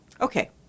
Okay